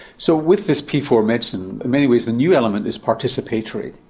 so, with this p four medicine, in many ways the new element is participatory,